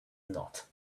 not